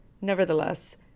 nevertheless